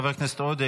חבר הכנסת פינדרוס,